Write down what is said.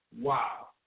wow